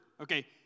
okay